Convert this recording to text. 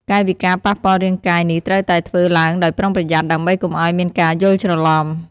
កាយវិការប៉ះពាល់រាងកាយនេះត្រូវតែធ្វើឡើងដោយប្រុងប្រយ័ត្នដើម្បីកុំឲ្យមានការយល់ច្រឡំ។